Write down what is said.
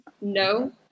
no